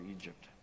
Egypt